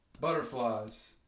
butterflies